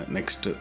Next